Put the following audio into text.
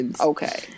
okay